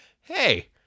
hey